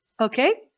Okay